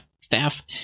staff